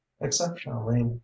exceptionally